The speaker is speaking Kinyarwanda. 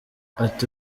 ati